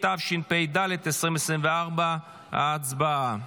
התשפ"ד 2024. הצבעה.